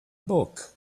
book